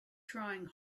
trying